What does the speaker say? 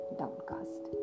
downcast